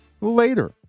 later